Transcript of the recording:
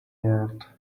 world